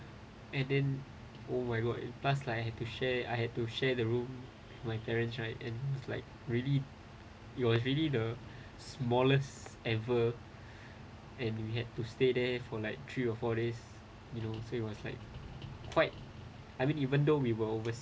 and then oh my god it plus like I have to share I had to share the room my parents right and like really it was really the smallest ever and you had to stay there for like three or four days you know so it was like quite I mean even though we were always